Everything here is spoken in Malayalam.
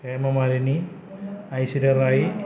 ഹേമമാലിനി ഐശ്വര്യ റായി